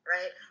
Right